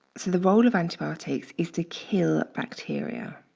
so the role of antibiotics is to kill bacteria.